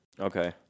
Okay